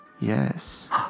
yes